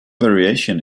variation